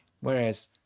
Whereas